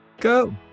go